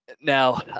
Now